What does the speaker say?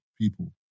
people